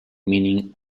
meaning